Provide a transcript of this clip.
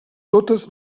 totes